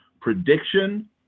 prediction